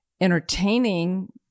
entertaining